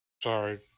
sorry